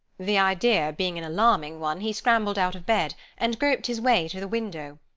the idea being an alarming one, he scrambled out of bed, and groped his way to the window.